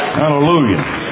hallelujah